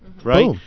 Right